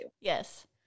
Yes